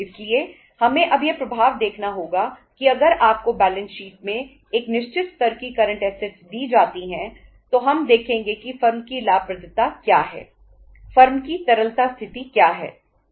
इसलिए हमें अब यह प्रभाव देखना होगा कि अगर आपको बैलेंस शीट का दिया गया स्तर है तो लाभप्रदता क्या होगी